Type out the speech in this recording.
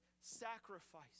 sacrifice